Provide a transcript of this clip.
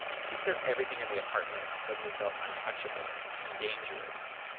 she says everything in the apartment suddenly felt untouchable and dangerous.